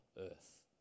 earth